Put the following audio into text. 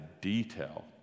detail